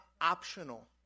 optional